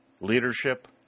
Leadership